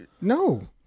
No